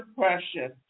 depression